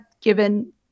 given